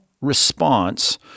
response